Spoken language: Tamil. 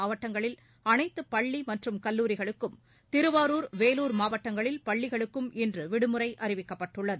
மாவட்டங்களில் அனைத்து பள்ளி மற்றும் கல்லூரிகளுக்கும் திருவாரூர் வேலூர் மாவட்டங்களில் பள்ளிகளுக்கும் இன்று விடுமுறை அறிவிக்கப்பட்டுள்ளது